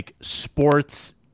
sports